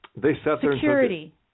security